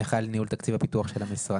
אני אחראי על ניהול תקציב הפיתוח של המשרד.